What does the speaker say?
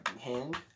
Hand